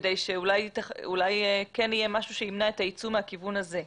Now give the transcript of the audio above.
וכדי שאולי כן יהיה משהו שימנע את היצוא מהכיוון הזה.